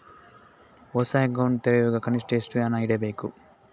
ಹೊಸ ಅಕೌಂಟ್ ತೆರೆಯುವಾಗ ಕನಿಷ್ಠ ಎಷ್ಟು ಹಣ ಇಡಬೇಕು?